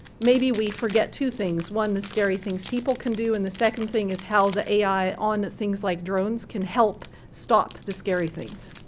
maybe we forget two things. one the scary things people can do and the second thing is how the ai on things like drones can help stop the scary things.